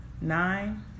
nine